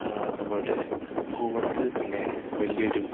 നമ്മളുടെ ഭൂപടത്തിൽ തന്നെ വലിയ ഒരു